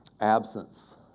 absence